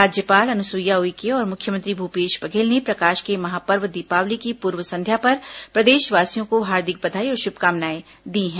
राज्यपाल अनुसुईया उइके और मुख्यमंत्री भूपेश बघेल ने प्रकाश के महापर्व दीपावली की पूर्व संध्या पर प्रदेशवासियों को हार्दिक बधाई और शुभकामनाएं दी हैं